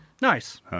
Nice